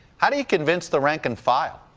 how do you convince the rank and file?